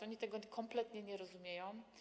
Oni tego kompletnie nie rozumieją.